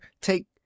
take—